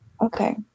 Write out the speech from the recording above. Okay